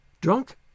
Drunk